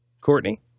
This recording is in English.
Courtney